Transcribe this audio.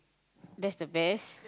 that's the best